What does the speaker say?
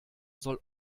soll